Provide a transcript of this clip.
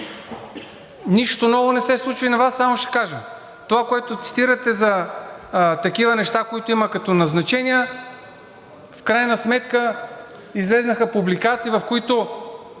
нищо ново не се случва. И на Вас само ще кажа това, което цитирате за такива неща, които има като назначения. В крайна сметка излязоха публикации, в които